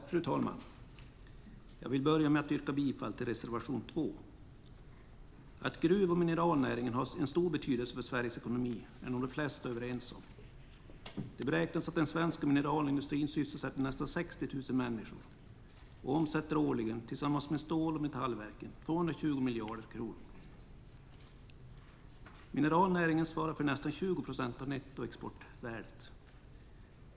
Fru talman! Jag vill börja med att yrka bifall till reservation 2. Att gruv och mineralnäringen har en stor betydelse för Sveriges ekonomi är nog de flesta överens om. Det beräknas att den svenska mineralindustrin sysselsätter nästan 60 000 människor och årligen, tillsammans med stål och metallverken, omsätter 220 miljarder kronor. Mineralnäringen svarar för nästan 20 procent av nettoexportvärdet.